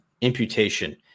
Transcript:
imputation